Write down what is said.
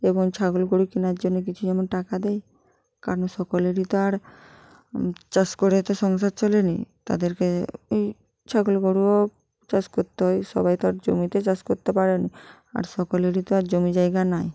এবং ছাগল গরু কেনার জন্যে কিছু যেমন টাকা দেয় কারণ সকলেরই তো আর চাষ করে তো সংসার চলে নি তাদেরকে এই ছাগল গরুও চাষ করতে হয় সবাই তো আর জমিতে চাষ করতে পারে নি আর সকলেরই তো আর জমি জায়গা নাই